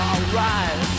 Alright